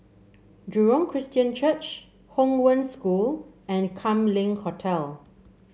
Jurong Christian Church Hong Wen School and Kam Leng Hotel